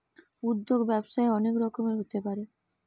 উদ্যোগ ব্যবসায়ে অনেক রকমের হতে পারে